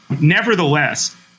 Nevertheless